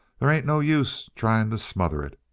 they ain't no use trying to smother it.